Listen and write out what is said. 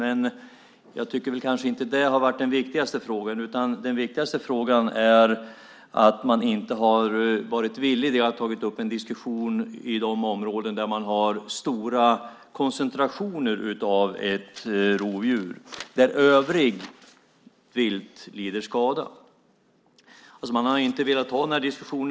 Men jag tycker kanske inte att det har varit den viktigaste frågan, utan den viktigaste frågan är att man inte har varit villig att ta upp en diskussion i de områden där det är stora koncentrationer av ett rovdjur och övrigt vilt lider skada. Man har alltså inte velat ta denna diskussion.